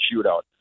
shootout